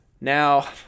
Now